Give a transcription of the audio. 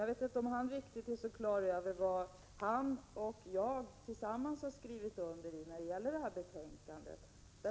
Jag vet inte om Bengt Wittbom är helt på det klara med vad han och jag tillsammans har skrivit i detta betänkande.